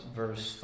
verse